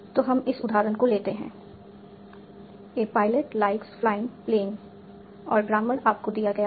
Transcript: तो हम इस उदाहरण को लेते हैं a pilot likes flying planes और ग्रामर आपको दिया गया है